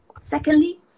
Secondly